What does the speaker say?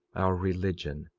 our religion,